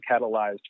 catalyzed